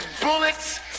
bullets